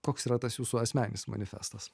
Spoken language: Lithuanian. koks yra tas jūsų asmeninis manifestas